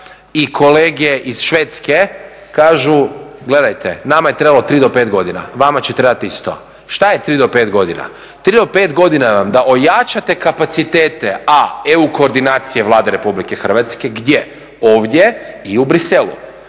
i kolege iz Švedske kažu gledajte, nama je trebalo 3 do 5 godina. Vama će trebati isto. Šta je 3 do 5 godina? 3 do 5 godina da ojačate kapacitete a) EU koordinacije Vlade Republike Hrvatske. Gdje? Ovdje i u Bruxellesu.